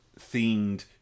themed